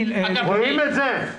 רואים את זה.